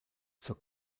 zur